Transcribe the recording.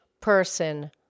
person